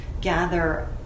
gather